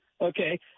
okay